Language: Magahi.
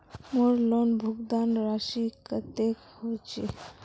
मोर लोन भुगतान राशि कतेक होचए?